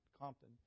compton